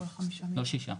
לא שישה.